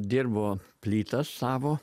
dirbo plytą savo